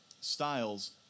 Styles